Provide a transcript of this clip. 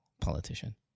politician